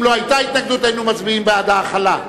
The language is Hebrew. אם לא היתה התנגדות, היינו מצביעים בעד ההחלה.